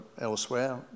elsewhere